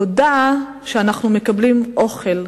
תודה שאנחנו מקבלים אוכל,